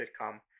sitcom